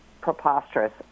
preposterous